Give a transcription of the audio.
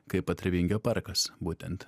kaip pat ir vingio parkas būtent